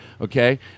okay